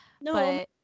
no